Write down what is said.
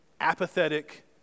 apathetic